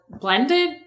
blended